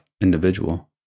individual